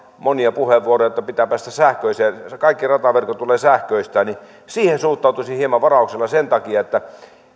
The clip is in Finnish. monia puheenvuoroja että pitää päästä sähköiseen kaikki rataverkot tulee sähköistää niin siihen suhtautuisin hieman varauksella sen takia että